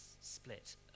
split